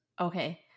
Okay